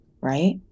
right